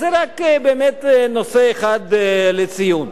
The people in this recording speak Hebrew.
אז זה רק באמת נושא אחד לציון,